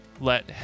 let